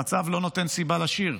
המצב לא נותן סיבה לשיר,